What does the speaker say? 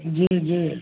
जी जी